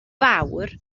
fawr